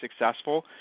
successful